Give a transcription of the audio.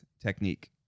technique